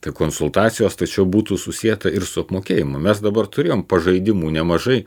tai konsultacijos tai čia būtų susieta ir su apmokėjimu mes dabar turėjom pažaidimų nemažai